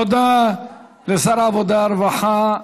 תודה לשר העבודה והרווחה,